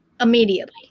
immediately